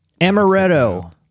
Amaretto